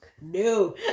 no